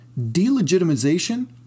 Delegitimization